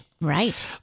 right